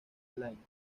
lyon